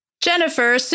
Jennifer